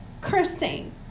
cursing